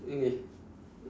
okay